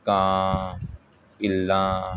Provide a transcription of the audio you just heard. ਕਾਂ ਇੱਲਾਂ